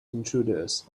intruders